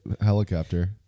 helicopter